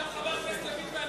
גם חבר הכנסת יריב לוין רוצה.